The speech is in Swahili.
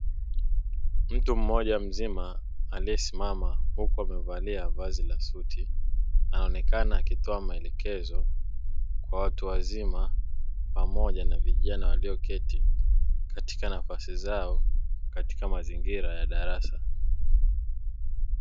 Mtu mmoja mzima aliyesimama huku amevalia vazi la suti, anaonekana akitoa maelekezo kwa watu wazima pamoja na vijana, walio keti katika nafasi zao, katika mazingira ya darasa.